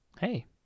hey